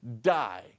die